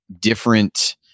different